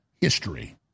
history